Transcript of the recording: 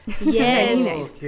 Yes